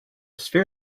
sphere